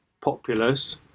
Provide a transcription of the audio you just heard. populace